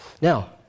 Now